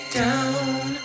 down